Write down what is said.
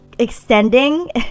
Extending